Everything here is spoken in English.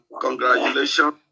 congratulations